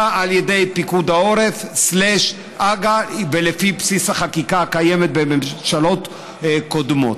על ידי פיקוד העורף/הג"א ולפי בסיס החקיקה הקיימת בממשלות קודמות.